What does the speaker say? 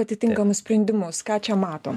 atitinkamus sprendimus ką čia matom